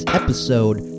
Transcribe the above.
episode